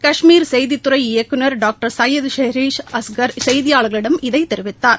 கஷ்மீர் செய்தித்துறை இயக்குநர் டாக்டர் சையதுசெிஷ் அஸ்கர் செய்தியாளர்களிடம் இதைத் தெரிவித்தார்